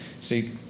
See